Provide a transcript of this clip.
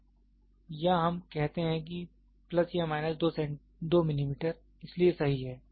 तो या हम कहते हैं कि प्लस या माइनस 2 मिलीमीटर इसलिए सही है